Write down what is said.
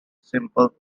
simple